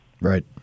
Right